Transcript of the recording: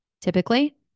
typically